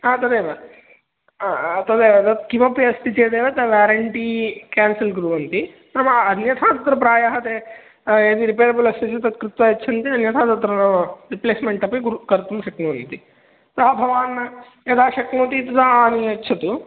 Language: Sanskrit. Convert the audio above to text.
तदेव तदेव तत्किमपि अस्ति चेदेव तत् वेरेण्टि केन्सल् कुर्वन्ति नाम अन्यथा तत्र प्रायः ते यदि रिपेरेबल् अस्ति चेत् तत् कृत्वा यच्छन्ति अन्यथा तत्र रिप्लेस्मेन्ट् अपि कुर् कर्तुं शक्नुवन्ति अतः भवान् यदा शक्नोति तदा आनीय यच्छतु